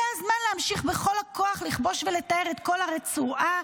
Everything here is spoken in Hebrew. זה הזמן להמשיך בכל הכוח לכבוש ולטהר את כל הרצועה.